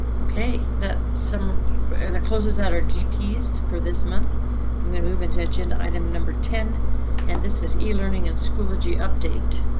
ok, that some. the closest outer gps for this month i'm going to move into action item number ten and this is e learning and schoology update.